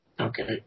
Okay